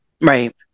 Right